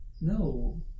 No